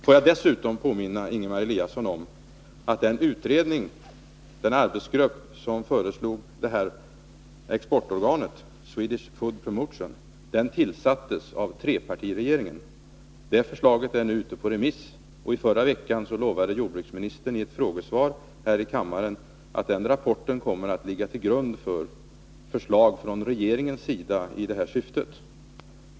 Får jag dessutom påminna Ingemar Eliasson om att den arbetsgrupp som föreslog inrättandet av exportorganet Swedish Food Promotion tillsattes av trepartiregeringen. Dess förslag är nu ute på remiss, och i förra veckan lovade jordbruksministern i ett frågesvar här i kammaren att rapporten kommer att läggas till grund för förslag från regeringens sida i det här syftet.